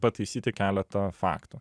pataisyti keletą faktų